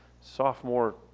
sophomore